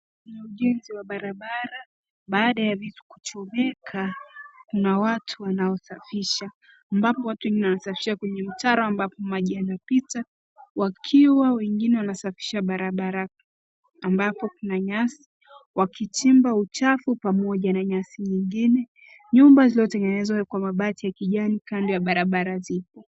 Kuna ujenzi wa barabara baada ya vitu kuchomeka. Kuna watu wanaosafisha ambapo watu wengine wanasafisha kwenye mtaro ambapo maji yanapita, wakiwa wengine wanasafisha barabara ambapo kuna nyasi wakichimba uchafu pamoja na nyasi nyingine. Nyumba zilizotengenezwa kwa mabati ya kijani kando ya barabara zipo.